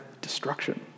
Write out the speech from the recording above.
destruction